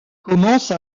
commence